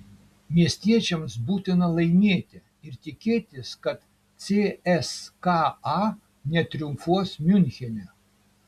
miestiečiams būtina laimėti ir tikėtis kad cska netriumfuos miunchene